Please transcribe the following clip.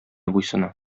буйсына